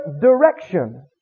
direction